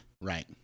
right